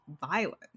violent